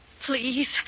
Please